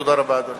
תודה רבה, אדוני.